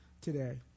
today